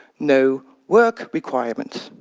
no work requirement.